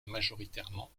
majoritairement